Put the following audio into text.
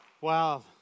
Wow